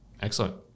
Excellent